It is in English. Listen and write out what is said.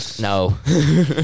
No